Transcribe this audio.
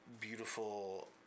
beautiful